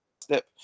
step